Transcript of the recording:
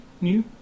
new